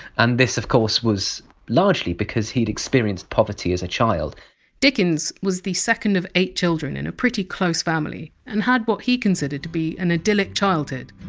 and this of course was largely because he'd experienced poverty as a child dickens was the second of eight children in a pretty close family, and had what he considered to be an idyllic childhood.